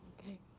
Okay